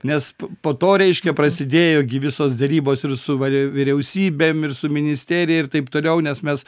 nes po to reiškia prasidėjo gi visos derybos ir su var vyriausybėm ir su ministerija ir taip toliau nes mes